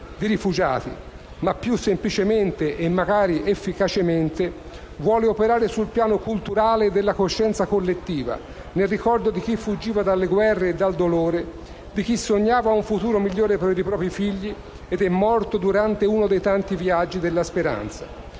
di rifugiati, ma più semplicemente e magari efficacemente vuole operare sul piano culturale della coscienza collettiva, nel ricordo di chi fuggiva dalle guerre e dal dolore, di chi sognava un futuro migliore per i propri figli ed è morto durante uno dei tanti viaggi della speranza,